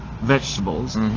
vegetables